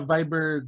Viber